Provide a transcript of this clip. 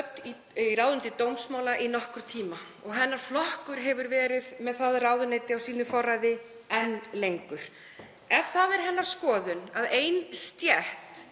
í ráðuneyti dómsmála í nokkurn tíma og hennar flokkur hefur verið með það ráðuneyti á sínu forræði enn lengur. Ef það er hennar skoðun að pólitísk